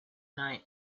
night